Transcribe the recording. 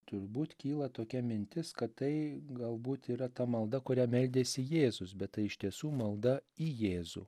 turbūt kyla tokia mintis kad tai galbūt yra ta malda kuria meldėsi jėzus bet tai iš tiesų malda į jėzų